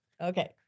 okay